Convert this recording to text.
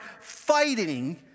fighting